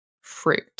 fruit